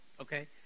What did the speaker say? Okay